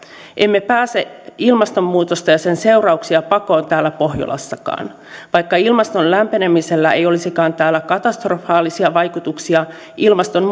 emme pääse ilmastonmuutosta ja sen seurauksia pakoon täällä pohjolassakaan vaikka ilmaston lämpenemisellä ei olisikaan täällä katastrofaalisia vaikutuksia ilmaston